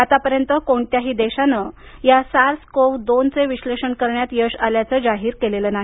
आतापर्यंत कोणत्याही देशानं या सार्स कोव्ह दोनचे विश्लेषण करण्यात यश आल्याचं जाहीर केलेलं नाही